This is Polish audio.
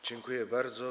Dziękuję bardzo.